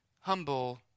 humble